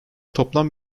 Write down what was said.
toplam